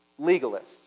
legalists